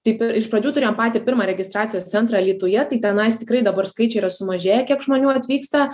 taip iš pradžių turėjom patį pirmą registracijos centrą alytuje tai tenais tikrai dabar skaičiai yra sumažėję kiek žmonių atvyksta